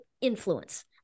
Influence